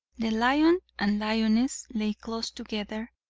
the lion and lioness lay close together,